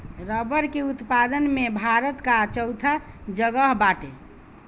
रबड़ के उत्पादन में भारत कअ चउथा जगह बाटे